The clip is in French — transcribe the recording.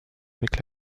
avec